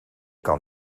kan